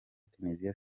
tunisia